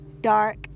dark